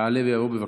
יעלה ויבוא,